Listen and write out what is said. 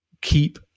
keep